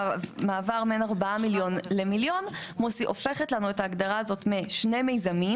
המעבר בין 4 מיליון למיליון הופכת לנו את ההגדרה הזאת משני מיזמים